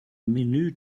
menu